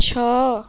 ଛଅ